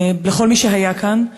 לכל מי שהיה כאן,